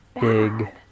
big